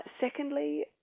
Secondly